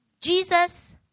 Jesus